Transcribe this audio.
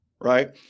right